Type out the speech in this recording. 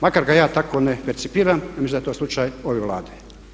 Makar ga ja tako ne percipiram, ja mislim da je to slučaj ove Vlade.